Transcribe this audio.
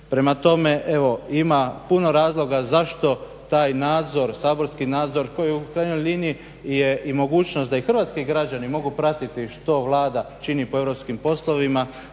Prema tome evo ima puno razloga zašto taj nadzor saborski nadzor koji je u krajnjoj liniji i mogućnost da i hrvatski građani mogu pratiti što Vlada čini po europskim poslovima